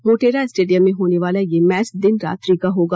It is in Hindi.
मोटेरा स्टेडियम में होने वाला यह मैच दिन रात्रि का होगा